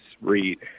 read